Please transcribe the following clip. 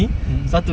mm